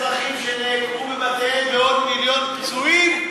אזרחים שנעקרו מבתיהם ועוד מיליון פצועים,